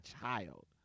child